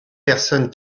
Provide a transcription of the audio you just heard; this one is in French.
personnes